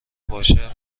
باشه